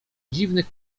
dziwnych